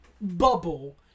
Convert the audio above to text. bubble